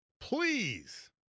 Please